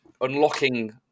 unlocking